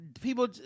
People